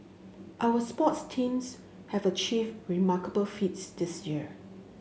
our sports teams have achieved remarkable feats this year